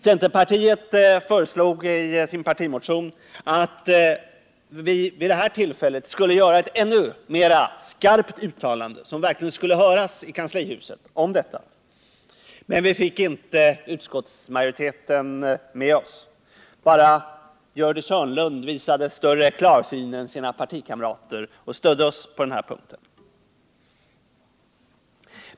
Centerpartiet föreslog i sin partimotion att vi vid det här tillfället skulle göra ett ännu starkare uttalande om detta som verkligen skulle höras i kanslihuset. Men vi fick inte utskottsmajoriteten med oss. Det var bara Gördis Hörnlund som visade större klarsyn än sina partikamrater och stödde oss på denna punkt.